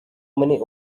many